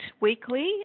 weekly